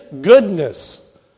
goodness